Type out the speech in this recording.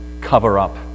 cover-up